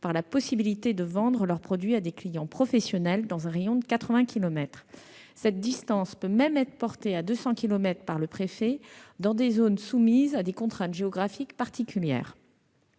à la possibilité de vendre leurs produits à des clients professionnels dans un rayon de 80 kilomètres. Cette distance peut même être portée à 200 kilomètres par le préfet « dans des zones soumises à des contraintes géographiques particulières